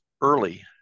early